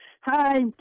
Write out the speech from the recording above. Hi